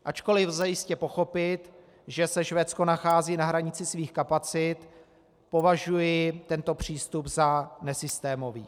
Ačkoliv lze jistě pochopit, že se Švédsko nachází na hranici svých kapacit, považuji tento přístup za nesystémový.